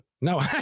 No